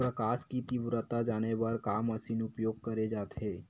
प्रकाश कि तीव्रता जाने बर का मशीन उपयोग करे जाथे?